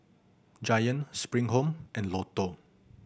Giant Spring Home and Lotto